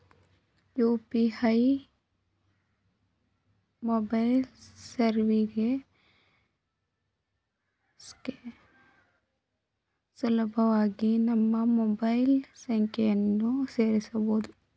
UPA mobile ಸರ್ವಿಸ್ಗೆ ಸುಲಭವಾಗಿ ನಮ್ಮ ಮೊಬೈಲ್ ಸಂಖ್ಯೆಯನ್ನು ಸೇರಸಬೊದು